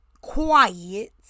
quiet